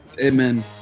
amen